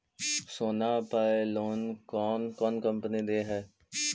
सोना पर लोन कौन कौन कंपनी दे है?